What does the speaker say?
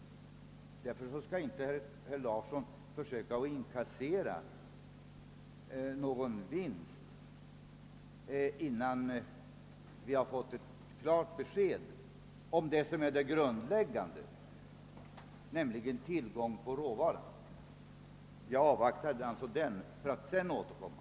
Därför skall herr Larsson inte försöka inkassera någon vinst innan vi har fått ett klart besked om det som är det grundläggande, nämligen tillgången på råvara. Jag avvaktar alltså det för att sedan återkomma.